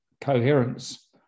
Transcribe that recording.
coherence